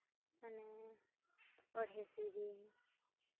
ᱢᱟᱱᱮ ᱚᱬᱦᱮ ᱥᱮᱨᱮᱧ